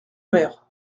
mer